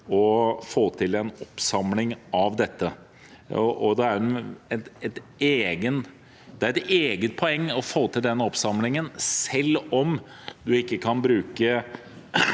å få til en oppsamling av dette, og det er et eget poeng å få til denne oppsamlingen. Selv om en ikke kan bruke